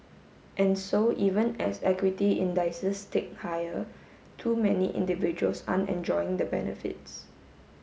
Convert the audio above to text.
and so even as equity indices tick higher too many individuals aren't enjoying the benefits